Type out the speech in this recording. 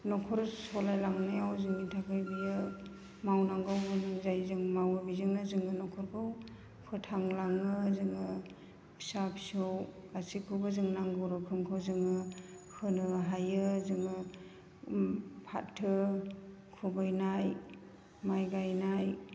न'खर सालाय लांनायाव जोंनि थाखाय बेयो मावनांगौ गोनां जायो जों मावो बेजोंनो जोङो न'खरखौ फोथांलाङो जोङो फिसा फिसौ गासैखौबो जों नांगौ रोखोमखौ जोङो होनो हायो जोङो फाथो खुबैनाय माइ गायनाय